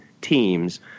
teams